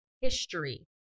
history